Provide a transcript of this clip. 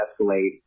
escalate